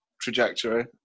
trajectory